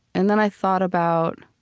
and then i thought about